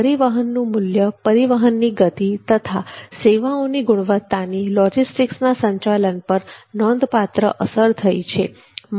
પરિવહનનું મૂલ્ય પરિવહનની ગતિ તથા સેવાઓની ગુણવત્તાની લોજિસ્ટિકના સંચાલન પર નોંધપાત્ર અસર થઈ છે